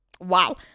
wow